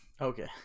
Okay